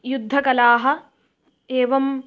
युद्धकलाः एवं